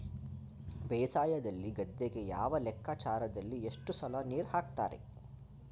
ಬೇಸಾಯದಲ್ಲಿ ಗದ್ದೆಗೆ ಯಾವ ಲೆಕ್ಕಾಚಾರದಲ್ಲಿ ಎಷ್ಟು ಸಲ ನೀರು ಹಾಕ್ತರೆ?